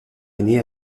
aîné